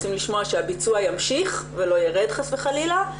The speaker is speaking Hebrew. ורוצים לשמוע שהביצוע ימשיך ולא יירד חס וחלילה,